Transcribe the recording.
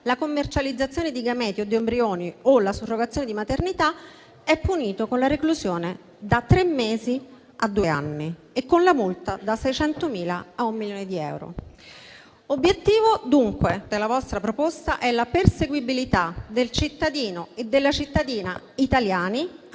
la commercializzazione di gameti o di embrioni o la surrogazione di maternità è punito con la reclusione da tre mesi a due anni e con la multa da 600.000 a un milione di euro». Obiettivo, dunque, della vostra proposta è la perseguibilità del cittadino e della cittadina italiani